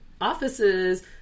offices